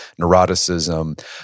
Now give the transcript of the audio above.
neuroticism